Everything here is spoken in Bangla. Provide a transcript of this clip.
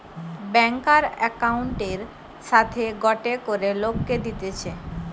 ব্যাংকার একউন্টের সাথে গটে করে লোককে দিতেছে